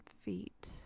feet